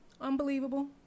unbelievable